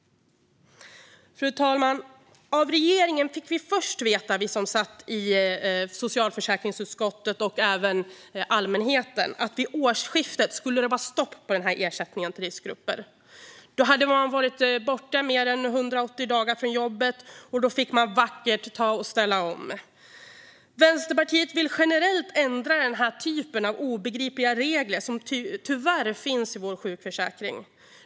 Av regeringen fick socialförsäkringsutskottet och även allmänheten först veta att det vid årsskiftet skulle bli stopp på ersättningen till riskgrupper. Då skulle man ha varit borta i mer än 180 dagar från jobbet, och då fick man vackert ställa om. Vänsterpartiet vill generellt ändra den typ av obegripliga regler som tyvärr finns i vår sjukförsäkring.